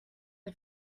the